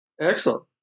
Excellent